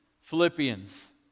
Philippians